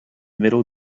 middle